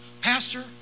Pastor